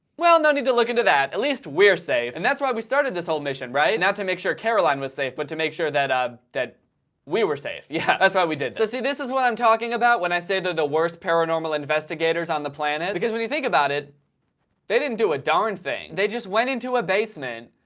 well, no need to look into that at least we're safe and that's why we started this whole mission, right? not to make sure caroline was safe but to make sure that ah, that we were safe. yeah, that's why we did it so see this is what i'm talking about when i say they're the worst paranormal investigators on the planet because when you think about it they didn't do a darn thing they just went into a basement,